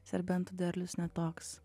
serbentų derlius ne toks